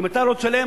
אם אתה לא תשלם,